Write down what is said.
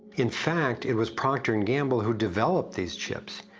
in fact, it was procter and gamble who developed these chips,